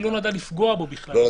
היא לא נועדה בו בכלל -- סליחה,